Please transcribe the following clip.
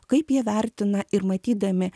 kaip jie vertina ir matydami